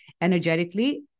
energetically